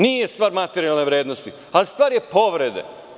Nije star materijalne vrednosti, ali stvar je povrede.